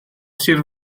sir